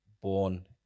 born